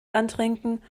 antrinken